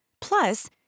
Plus